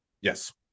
Yes